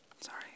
Sorry